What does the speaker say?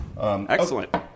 Excellent